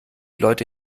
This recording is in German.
leute